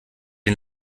den